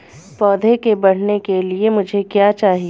पौधे के बढ़ने के लिए मुझे क्या चाहिए?